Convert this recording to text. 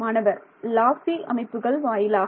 மாணவர் லாசி அமைப்புகள் வாயிலாக